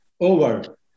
over